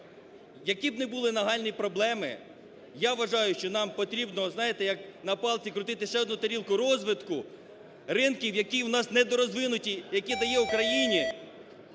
які б не були нагальні проблеми, я вважаю, що нам потрібно, знаєте, як на палці крутити ще одну тарілку розвитку ринків, які у нас недорозвинуті, який дає Україні